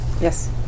Yes